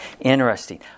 interesting